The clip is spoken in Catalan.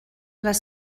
les